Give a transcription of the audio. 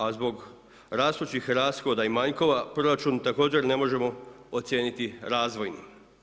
A zbog rastućih rashoda i manjkova, proračun također ne možemo ocijeniti razvojnim.